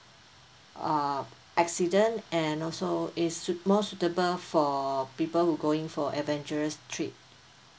uh accident and also is suit~ more suitable for people who going for adventurous trip